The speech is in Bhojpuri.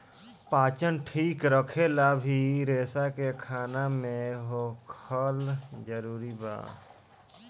पाचन ठीक रखेला भी रेसा के खाना मे होखल जरूरी बा